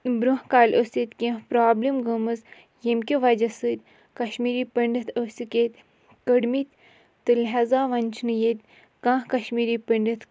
برٛونٛہہ کالہِ ٲسۍ ییٚتہِ کیٚنٛہہ پرٛابلِم گٔمٕژ ییٚمۍ کہِ وَجہ سۭتۍ کَشمیٖری پٔنٛڈِتھ ٲسِکھ ییٚتۍ کٔڑۍمِتۍ تہٕ لہٰذا وۄنۍ چھِنہٕ ییٚتہِ کانٛہہ کَشمیٖری پٔنٛڈِتھ